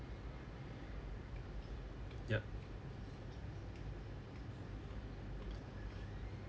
ya